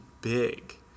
big